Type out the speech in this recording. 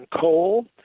coal